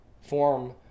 form